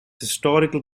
historical